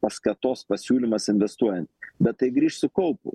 paskatos pasiūlymas investuojant bet tai grįš su kaupu